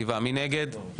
7 נגד,